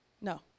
No